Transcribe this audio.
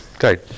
great